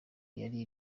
yari